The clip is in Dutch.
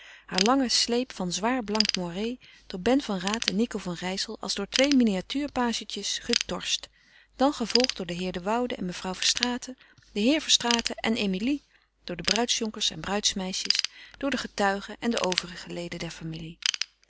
haar lange sleep van zwaar blank moiré door ben van raat en nico van rijssel als door twee miniatuurpagetjes getorst en gevolgd door den heer de woude en mevrouw verstraeten den heer verstraeten en emilie door de bruidsjonkers en bruidsmeisjes door de getuigen en de overige leden der familie